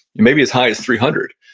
yeah maybe as high as three hundred.